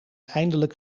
eindelijk